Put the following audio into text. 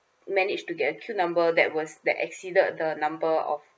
manage to get a queue number that was that exceeded the the number of